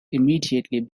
immediately